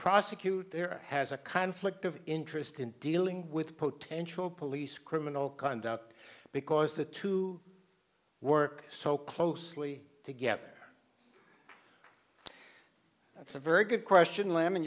prosecute there has a conflict of interest in dealing with potential police criminal conduct because the two work so closely together that's a very good question lam